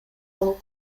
алуу